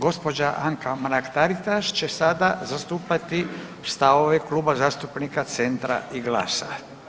Gđa. Anka Mrak-Taritaš će sada zastupati stavove Kluba zastupnika Centra i GLAS-a.